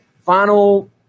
final